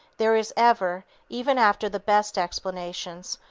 there is ever, even after the best explanations,